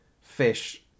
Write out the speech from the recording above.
fish